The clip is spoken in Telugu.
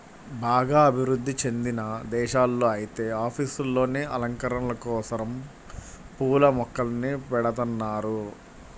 బాగా అభివృధ్ధి చెందిన దేశాల్లో ఐతే ఆఫీసుల్లోనే అలంకరణల కోసరం పూల మొక్కల్ని బెడతన్నారు